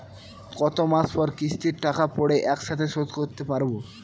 কত মাস পর কিস্তির টাকা পড়ে একসাথে শোধ করতে পারবো?